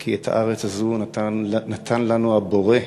כי את הארץ הזאת נתן לנו הבורא,